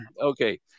Okay